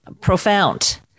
profound